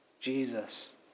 Jesus